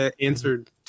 answered